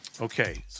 Okay